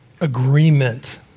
agreement